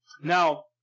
Now